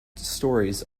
stories